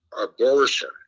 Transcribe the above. abortion